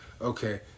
Okay